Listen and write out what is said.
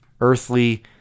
earthly